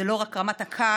זה לא רק רמת הכעס,